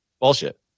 Bullshit